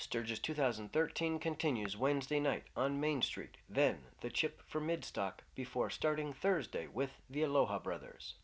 sturgis two thousand and thirteen continues wednesday night on main street then that ship from mid stock before starting thursday with the aloha brothers